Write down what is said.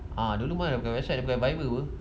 dulu mana ada pakai WhatsApp pakai Viber ke